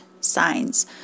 signs